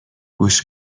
گوش